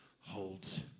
holds